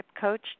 coach